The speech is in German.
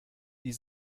die